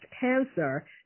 cancer